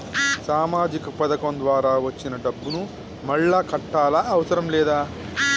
సామాజిక పథకం ద్వారా వచ్చిన డబ్బును మళ్ళా కట్టాలా అవసరం లేదా?